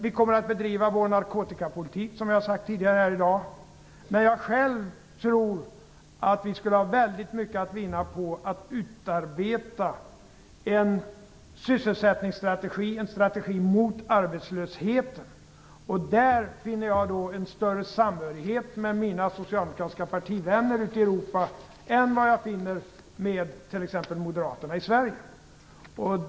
Vi kommer att bedriva vår narkotikapolitik, som jag har sagt tidigare i dag. Jag tror att vi skulle ha mycket att vinna på att utarbeta en sysselsättningsstrategi, en strategi mot arbetslösheten. Där finner jag en större samhörighet med mina socialdemokratiska partivänner i Europa än vad jag finner med t.ex. Moderaterna i Sverige.